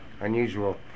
Unusual